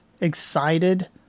excited